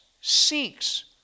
seeks